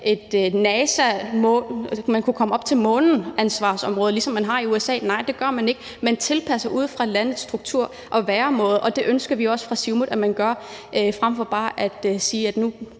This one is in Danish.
månen-ansvarsområde, ligesom man har i USA, så nej, det gør man ikke. Man tilpasser ansvarsområder ud fra landets struktur og væremåde, og det ønsker vi også fra Siumuts side at man gør frem for bare at sige, at nu